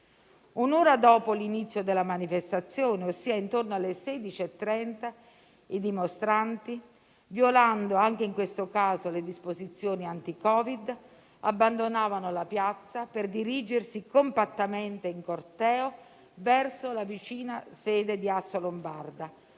Un'ora dopo l'inizio della manifestazione, ossia intorno alle ore 16,30, i dimostranti, violando anche in questo caso le disposizioni anti-Covid, abbandonavano la piazza per dirigersi compattamente in corteo verso la vicina sede di Assolombarda,